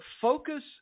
focus